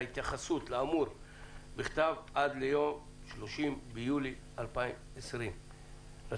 התייחסות בכתב לכל האמור עד ליום 30 ביולי 2020. אבנר,